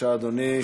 בבקשה, אדוני.